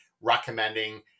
recommending